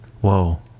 whoa